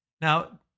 Now